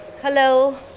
Hello